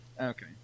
Okay